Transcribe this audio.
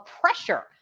pressure